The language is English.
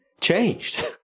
changed